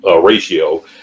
ratio